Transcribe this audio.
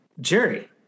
jerry